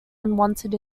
unwanted